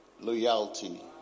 Loyalty